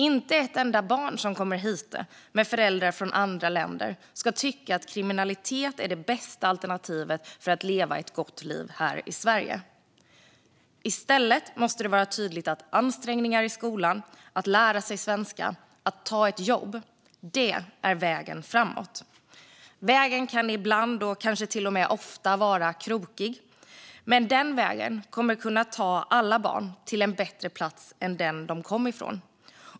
Inte ett enda barn som kommer hit med föräldrar från andra länder ska tycka att kriminalitet är det bästa alternativet för att leva ett gott liv här i Sverige. I stället måste det vara tydligt att ansträngningar i skolan, att lära sig svenska och att ta ett jobb är vägen framåt. Vägen kan ibland och kanske till och med ofta vara krokig, men den vägen kommer att ta alla till en bättre plats än den de kom från.